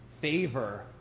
favor